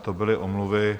To byly omluvy.